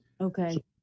Okay